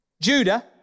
Judah